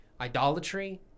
idolatry